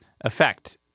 effect